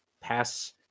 pass